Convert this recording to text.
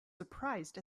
surprised